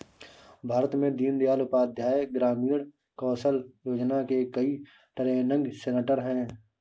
भारत में दीन दयाल उपाध्याय ग्रामीण कौशल योजना के कई ट्रेनिंग सेन्टर है